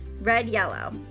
red-yellow